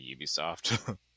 Ubisoft